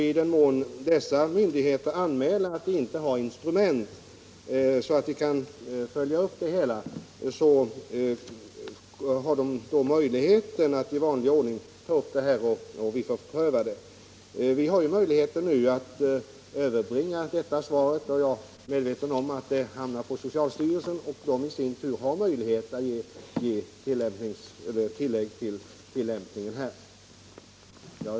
I den mån dessa myndigheter anmäler att de inte har instrument så att de kan följa upp ett ärende har de möjlighet att i vanlig ordning överlämna det så att vi får pröva det. Vi har möjlighet att överbringa det svar jag har gett i dag. Jag är medveten om att det hamnar hos socialstyrelsen, som i sin tur har möjlighet att göra tillägg till tillämpningsföreskrifterna.